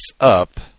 up